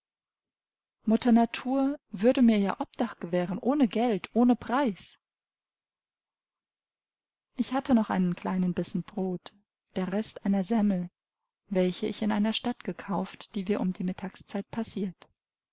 mutter natur würde mir ja obdach gewähren ohne geld ohne preis ich hatte noch einen kleinen bissen brot der rest einer semmel welche ich in einer stadt gekauft die wir um die mittagszeit passiert